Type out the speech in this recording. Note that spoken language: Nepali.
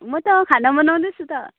म त खाना बनाउँदै छु त